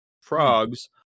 Frogs